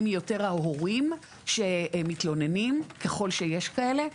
היא יותר ההורים שהם מתלוננים ככל שיש כאלה.